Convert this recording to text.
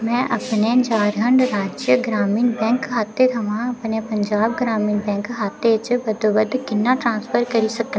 में अपने झारखंड राज्य ग्रामीण बैंक खाते थमां अपने पंजाब ग्रामीण बैंक खाते च बद्धोबद्ध किन्ना ट्रांसफर करी सकनां